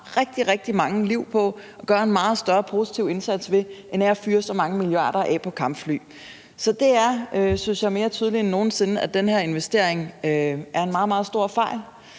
rigtig mange liv på og gøre en meget større positiv indsats ved end ved at fyre så mange milliarder af på kampfly. Så det er, synes jeg, mere tydeligt end nogen sinde, at den her investering er en meget stor fejl.